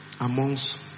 Amongst